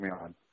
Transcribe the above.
on